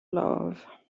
love